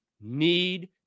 need